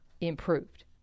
improved